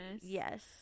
yes